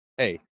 hey